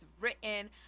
written